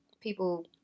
people